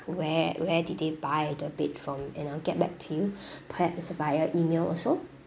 where where did they buy the bed from and I'll get back to you perhaps via email also